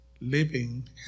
living